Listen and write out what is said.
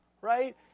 right